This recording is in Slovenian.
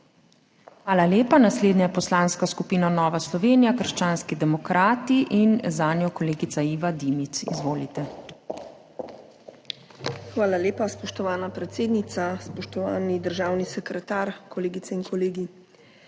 Hvala lepa. Naslednja je Poslanska skupina Nova Slovenija - krščanski demokrati, in zanjo kolegica Iva Dimic. Izvolite! IVA DIMIC (PS NSi): Hvala lepa, spoštovana predsednica. Spoštovani državni sekretar, kolegice in kolegi!